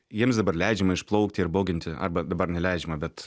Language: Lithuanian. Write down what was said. jiems dabar leidžiama išplaukti ir boginti arba dabar neleidžiama bet